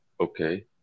okay